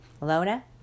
Lona